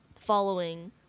following